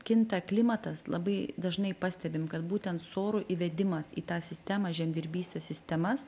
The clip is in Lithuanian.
kinta klimatas labai dažnai pastebim kad būtent sorų įvedimas į tą sistemą žemdirbystės sistemas